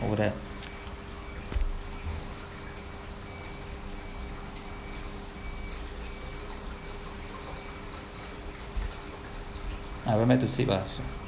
there I went back to sleep ah